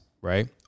right